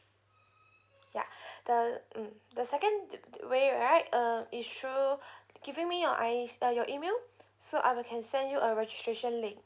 ya the mm the second w~ way right uh issue giving me your I uh your email so I will can send you a registration link